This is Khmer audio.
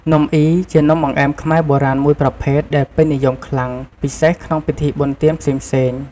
នំអុីជានំបង្អែមខ្មែរបុរាណមួយប្រភេទដែលពេញនិយមខ្លាំង ពិសេសក្នុងពិធីបុណ្យទានផ្សេងៗ។